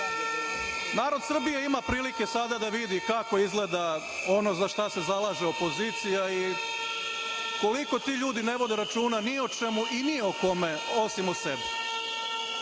narod Srbije ima prilike sada da vidi kako izgleda ono za šta se zalaže opozicija i koliko ti ljudi ne vode računa ni o čemu i ni o kome, osim o sebi. Danas